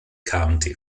county